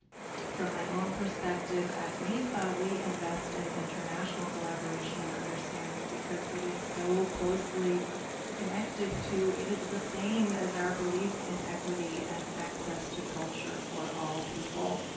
from my own perspective at nefa, we invest in international collaboration and understanding, because it is so closely connected to, it is the same as our belief in equity and access to culture for all people,